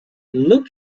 looked